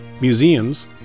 museums